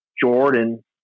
Jordan